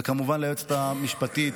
וכמובן ליועצת המשפטית,